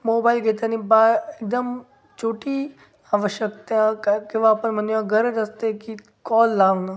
mobile घेताना बा एकदम छोटी आवश्यकता का किंवा आपण म्हणूया गरज असते की कॉल लावणं